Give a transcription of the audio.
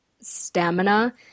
stamina